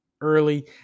early